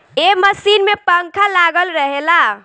ए machine में पंखा लागल रहेला